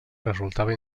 resultava